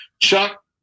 Chuck